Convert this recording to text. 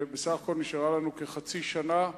כשבסך הכול נשארה לנו כחצי שנה?